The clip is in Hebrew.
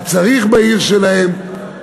מה צריך בעיר שלהם.